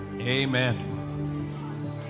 Amen